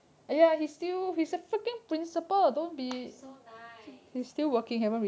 he's so nice